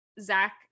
Zach